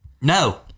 no